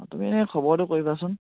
অঁ তুমি এনেই খবৰটো কৰিবাচোন